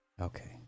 okay